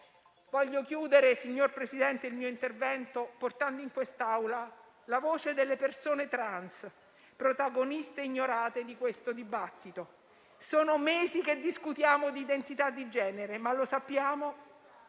Voglio chiudere il mio intervento portando in quest'Alula la voce delle persone trans, protagoniste ignorate di questo dibattito. Sono mesi che discutiamo di identità di genere, ma lo stiamo